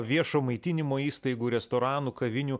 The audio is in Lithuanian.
viešo maitinimo įstaigų restoranų kavinių